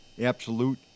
Absolute